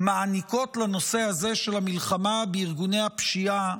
מעניקות לנושא הזה של המלחמה בארגוני הפשיעה